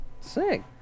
Sick